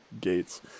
gates